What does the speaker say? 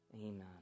amen